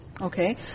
Okay